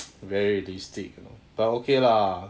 very realistic you know but okay lah